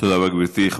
תודה רבה, גברתי.